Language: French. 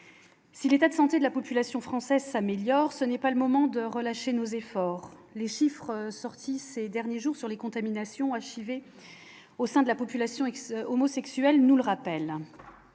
Si l'état de santé de la population française s'améliore, ce n'est pas le moment de relâcher nos efforts, les chiffres sortis ces derniers jours sur les contaminations HIV au sein de la population, ex-homosexuel, nous le rappelle